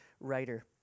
writer